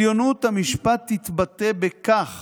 עליונות המשפט תתבטא בכך